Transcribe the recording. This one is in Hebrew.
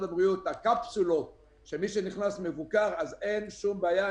הבריאות קפסולות שמי שנכנס מבוקר אז אין שום בעיה.